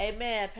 Amen